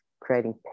creating